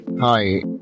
Hi